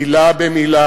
מלה במלה